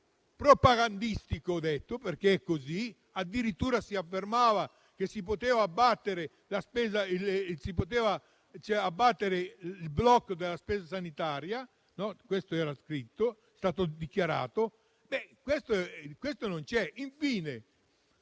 propagandistico - come ho detto - perché è così; addirittura si affermava che si poteva abbattere il blocco della spesa sanitaria. Questo era scritto ed è stato dichiarato, ma non c'è. Infine,